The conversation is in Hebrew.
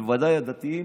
בוודאי הדתיים,